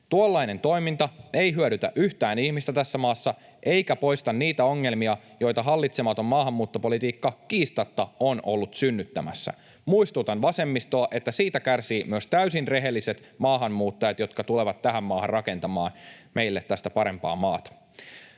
Tuollainen toiminta ei hyödytä yhtään ihmistä tässä maassa eikä poista niitä ongelmia, joita hallitsematon maahanmuuttopolitiikka kiistatta on ollut synnyttämässä. Muistutan vasemmistoa, että siitä kärsivät myös täysin rehelliset maahanmuuttajat, jotka tulevat tähän maahan rakentamaan meille tästä parempaa maata.